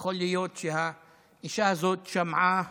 כי יכול להיות שהאישה הזאת שמעה